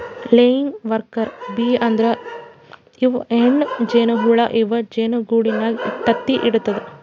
laying worker bee ಅಂದ್ರ ಇವ್ ಹೆಣ್ಣ್ ಜೇನಹುಳ ಇವ್ ಜೇನಿಗೂಡಿನಾಗ್ ತತ್ತಿ ಇಡತವ್